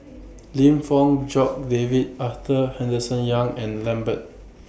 Lim Fong Jock David Arthur Henderson Young and Lambert